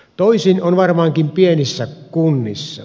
toisin on varmaankin pienissä kunnissa